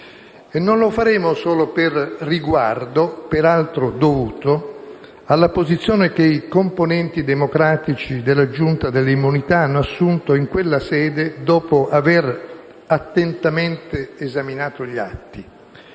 non lo faremo solo per riguardo, peraltro dovuto, alla posizione che i componenti democratici della Giunta delle elezioni e delle immunità parlamentari hanno assunto in quella sede, dopo aver attentamente esaminato gli atti.